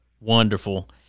wonderful